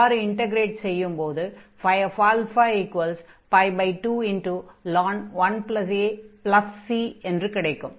அவ்வாறு இன்டக்ரேட் செய்யும்போது a21a c என்று கிடைக்கும்